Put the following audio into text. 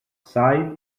side